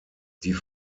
die